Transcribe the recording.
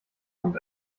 kommt